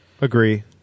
Agree